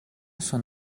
són